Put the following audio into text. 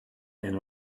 and